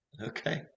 okay